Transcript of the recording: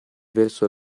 verso